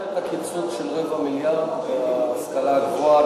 אני לא ארשה את הקיצוץ של רבע מיליארד בהשכלה הגבוהה,